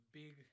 big